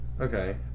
Okay